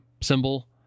symbol